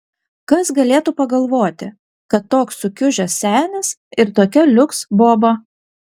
kas galėtų pagalvoti kad toks sukiužęs senis ir tokia liuks boba